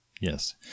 Yes